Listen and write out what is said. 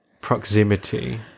proximity